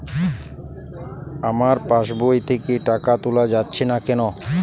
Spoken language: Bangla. আমার পাসবই থেকে টাকা তোলা যাচ্ছে না কেনো?